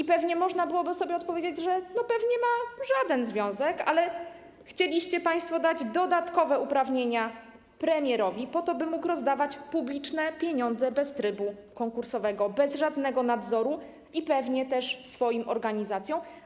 Zapewne można byłoby sobie odpowiedzieć, że pewnie ma żaden związek, ale chcieliście państwo dać dodatkowe uprawnienia premierowi, po to by mógł rozdawać publiczne pieniądze bez trybu konkursowego, bez żadnego nadzoru i pewnie też swoim organizacjom.